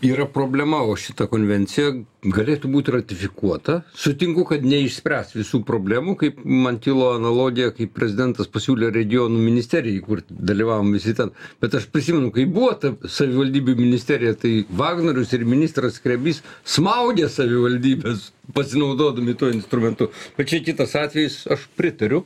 yra problema o šita konvencija galėtų būti ratifikuota sutinku kad neišspręs visų problemų kaip man kilo analogija kai prezidentas pasiūlė regionų ministeriją įkurt dalyvavom visi ten bet aš prisimenu kai buvo ta savivaldybių ministerija tai vagnorius ir ministras skrebys smaugė savivaldybes pasinaudodami tuo instrumentu bet čia kitas atvejis aš pritariu